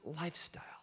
lifestyle